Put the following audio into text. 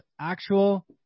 actual